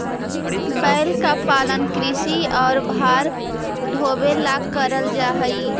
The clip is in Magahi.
बैल का पालन कृषि और भार ढोवे ला करल जा ही